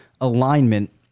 alignment